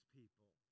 people